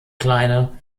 kleine